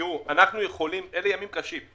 אנחנו בימים קשים,